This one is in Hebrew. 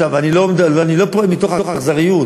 אני לא פועל מתוך אכזריות,